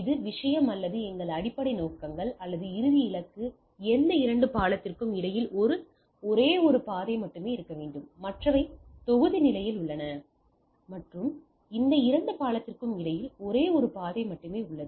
இது விஷயம் அல்லது எங்கள் அடிப்படை நோக்கங்கள் அல்லது இறுதி இலக்கு எந்த இரண்டு பாலத்திற்கும் இடையில் ஒரே ஒரு பாதை மட்டுமே இருக்க வேண்டும் மற்றவை தொகுதி நிலையில் உள்ளன மற்றும் எந்த இரண்டு பாலத்திற்கும் இடையில் ஒரே ஒரு பாதை மட்டுமே உள்ளது